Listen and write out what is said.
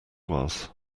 was